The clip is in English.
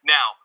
Now